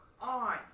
on